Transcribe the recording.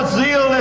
zeal